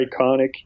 iconic